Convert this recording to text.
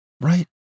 right